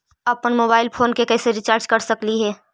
अप्पन mobile phone के कैसे रिचार्ज कर सकली हे?